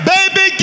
Baby